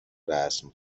رسم